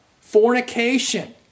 fornication